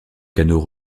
canot